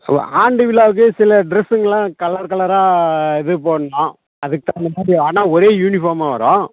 ஆண்டு விழாவுக்கு சில ட்ரெஸ்ஸுங்கெல்லாம் கலர் கலராக இது போடணும் அதுக்கு தகுந்த மாதிரி ஆனால் ஒரே யூனிஃபார்மாக வரும்